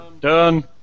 Done